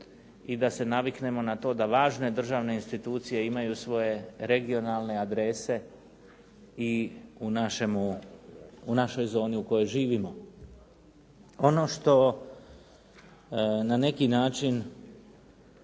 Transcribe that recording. i da se naviknemo na to da važne državne institucije imaju svoje regionalne adrese i u našoj zoni u kojoj živimo. Ono što na neki način